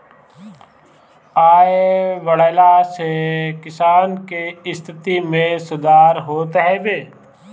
आय बढ़ला से किसान के स्थिति में सुधार होत हवे